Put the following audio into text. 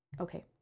Okay